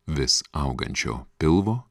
vis augančio pilvo